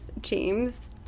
james